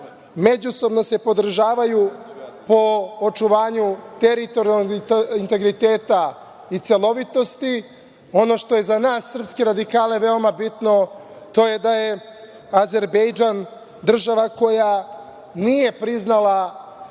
međusobno se podržavaju po očuvanju teritorijalnog integriteta i celovitosti. Ono što je za nas srpske radikale veoma bitno to je da je Azerbejdžan država koja nije priznala